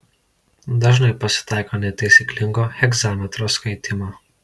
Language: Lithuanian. dažnai pasitaiko netaisyklingo hegzametro skaitymo